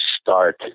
start